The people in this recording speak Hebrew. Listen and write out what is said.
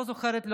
לא זוכרת,